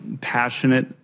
passionate